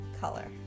color